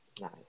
Nice